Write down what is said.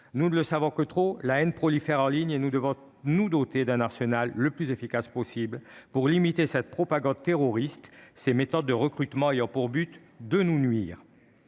Nous ne le savons que trop : la haine prolifère en ligne, et nous devons nous doter de l'arsenal le plus efficace possible pour limiter cette propagande terroriste et ces méthodes de recrutement qui ont pour but de nous nuire.